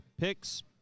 picks